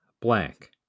blank